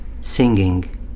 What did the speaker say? singing